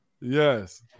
Yes